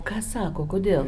ką sako kodėl